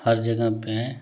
हर जगह पे है